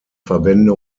verbände